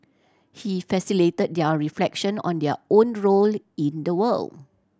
he facilitated their reflection on their own role in the world